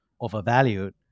overvalued